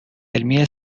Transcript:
علمی